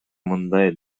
мындай